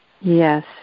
Yes